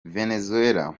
venezuela